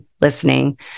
Listening